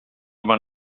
maen